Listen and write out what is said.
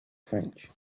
french